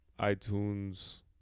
iTunes